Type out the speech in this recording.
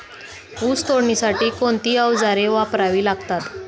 ऊस तोडणीसाठी कोणती अवजारे वापरावी लागतात?